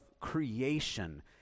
creation